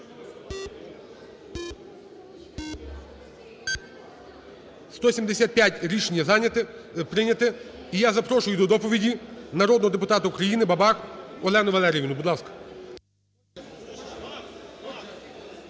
За-175 Рішення прийняте. І я запрошую до доповіді народного депутата України Бабак Олену Валеріївну, будь ласка.